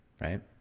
right